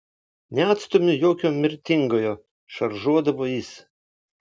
neatstumiu jokio mirtingojo šaržuodavo jis